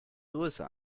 größe